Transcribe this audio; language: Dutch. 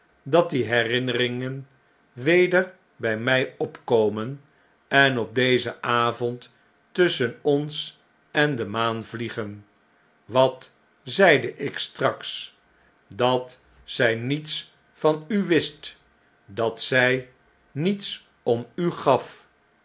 dat die herinneringen weder by mij opkomen en op dezen avond tusschen ons en de maan vliegen wat zeide ik straks a dat zjj niets van u wist dat zij niets om u gaf